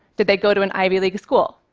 did they go to an ivy league school?